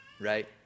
Right